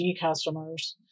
customers